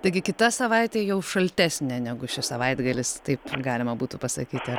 taigi kita savaitė jau šaltesnė negu šis savaitgalis taip galima būtų pasakyti